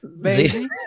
baby